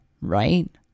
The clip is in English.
right